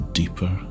deeper